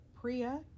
Priya